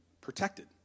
Protected